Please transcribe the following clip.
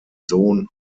sohn